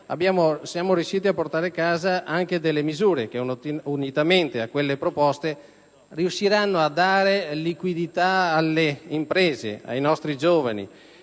abbiamo portato a casa anche alcune misure che, unitamente a quelle proposte, riusciranno a dare liquidità alle imprese, ai nostri giovani;